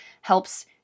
helps